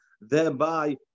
thereby